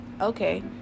Okay